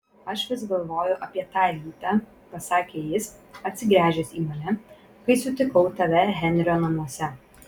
aš vis galvoju apie tą rytą pasakė jis atsigręžęs į mane kai sutikau tave henrio namuose